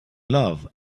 love